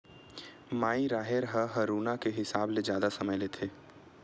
माई राहेर ह हरूना के हिसाब ले जादा समय लेथे